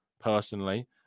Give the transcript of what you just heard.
personally